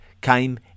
came